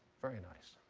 very nice.